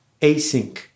async